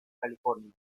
california